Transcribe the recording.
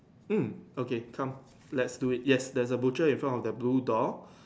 mm okay come let's do it yes there was the butcher in front of the blue door